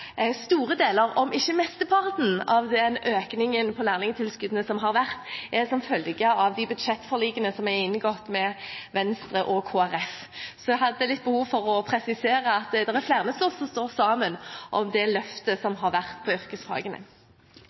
store deler – om ikke mesteparten – av den økningen av lærlingtilskudd som har skjedd, er en følge av de budsjettforlikene som er inngått med Venstre og Kristelig Folkeparti. Jeg hadde bare litt behov for å presisere at det er flere som har stått sammen om det løftet som har vært innen yrkesfagene.